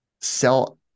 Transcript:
sell